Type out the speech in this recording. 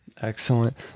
Excellent